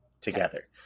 together